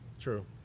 true